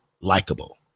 likable